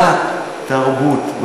אבל קצת נימוס וקצת תרבות.